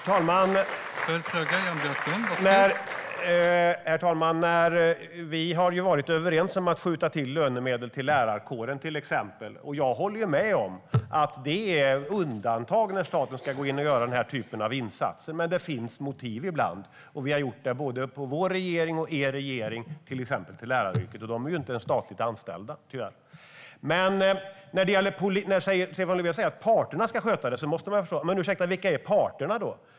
Herr talman! Vi har ju varit överens om att skjuta till lönemedel till lärarkåren, till exempel, och jag håller med om att det handlar om undantag när staten går in och göra den här typen av insatser. Men det finns motiv ibland, och både vår och er regering har gjort det till exempel till läraryrket, och lärarna är inte ens statligt anställda, tyvärr. När Stefan Löfven säger att parterna ska sköta det måste jag fråga: Ursäkta, men vilka är parterna då?